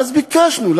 ואז ביקשנו,